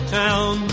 town